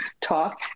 talk